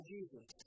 Jesus